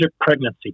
pregnancy